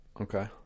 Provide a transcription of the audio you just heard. Okay